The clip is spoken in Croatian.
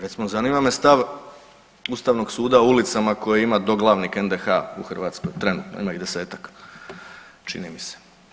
Recimo zanima me stav Ustavnog suda u ulicama koji ima doglavnik NDH u Hrvatskoj trenutno, ima ih desetak čini mi se.